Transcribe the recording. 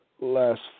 Last